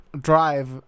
Drive